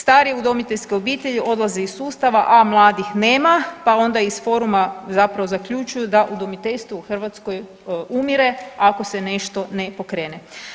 Starije udomiteljske obitelji odlaze iz sustava, a mladih nema, pa onda iz foruma zapravo zaključuju da umiteljstvo u Hrvatskoj umire ako se nešto ne pokrene.